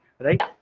Right